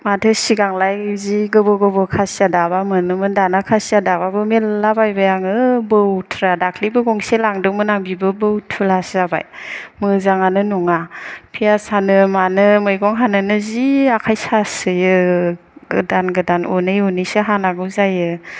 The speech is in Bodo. माथो सिगांलाय जि गोबौ गोबौ खासिया दाबा मोनोमोन दाना खासिया दाबाबो मेरला बायबाय आङो बौथ्रा दाख्लैबो गंसे लांदोंमोन आं बिबो बुथुवासो जाबाय मोजाङानो नङा फियास हानो मानो मैगं हानोनो जि आखाइ सासोयो गोदान गोदान उनै उनैसो हानांगौ जायो